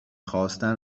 خواستن